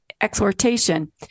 exhortation